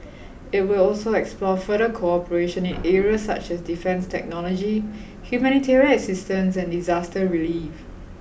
it will also explore further cooperation in areas such as defence technology humanitarian assistance and disaster relief